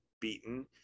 beaten